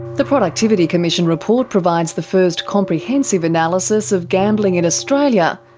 the productivity commission report provides the first comprehensive analysis of gambling in australia,